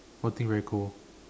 what thing very cold